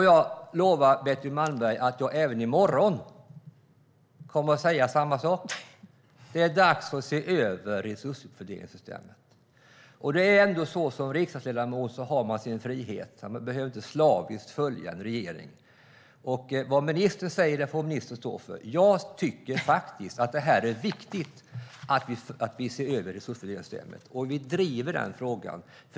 Jag lovar Betty Malmberg att jag även i morgon kommer att säga samma sak, att det är dags att se över resursfördelningssystemet. Som riksdagsledamot har man sin frihet. Man behöver inte slaviskt följa regeringen. Vad ministern säger får ministern stå för. Jag tycker faktiskt att det är viktigt att man ser över resursfördelningssystemet, och vi driver den frågan.